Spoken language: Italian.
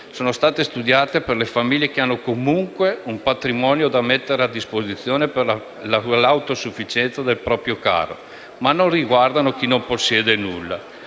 Sono state studiate per le famiglie che hanno comunque un patrimonio da mettere a disposizione per l'autosufficienza del proprio caro, ma non riguardano chi non possiede nulla.